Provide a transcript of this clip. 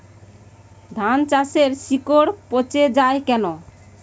ধানগাছের শিকড় পচে য়ায় কেন?